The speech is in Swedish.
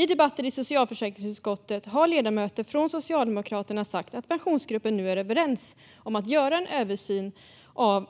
I debatter i socialförsäkringsutskottet har ledamöter från Socialdemokraterna sagt att Pensionsgruppen nu är överens om att göra en översyn av